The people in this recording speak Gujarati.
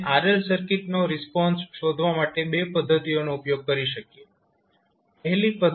આપણે RL સર્કિટનો રિસ્પોન્સ શોધવા માટે બે પદ્ધતિઓનો ઉપયોગ કરી શકીએ છીએ